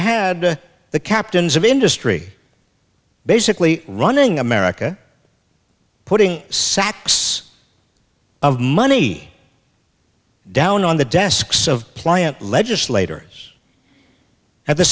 had the captains of industry basically running america putting sacks of money down on the desks of pliant legislators at the